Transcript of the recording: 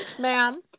ma'am